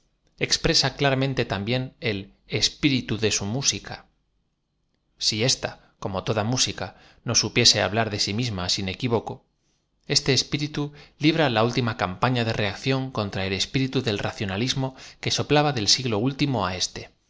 expresa claranrante también el espiritu de su música si ésta como toda música no supiese hablar de si misma sin equívoco eate espirita libra la últim a campaña de reacción contra el espiri tu del racionalismo que soplaba del siglo último á éste